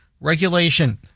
regulation